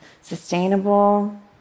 sustainable